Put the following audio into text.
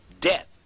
death